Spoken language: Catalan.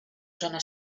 zona